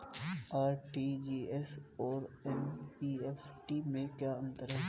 RTGS और NEFT में क्या अंतर है?